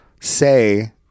say